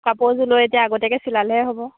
কাপোৰ এযোৰ লৈ এতিয়া আগতীয়াকৈ চিলালেহে হ'ব